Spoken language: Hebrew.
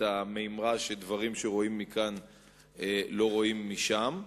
הממרה שדברים שרואים מכאן לא רואים משם,